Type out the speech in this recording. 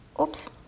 oops